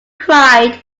cried